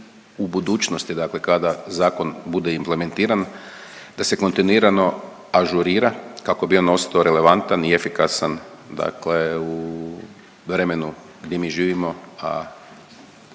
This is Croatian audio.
u budućnosti dakle kada zakon bude implementiran, da se kontinuirano ažurira, kako bi on ostao relevantan i efikasan dakle u vremenu di mi živimo,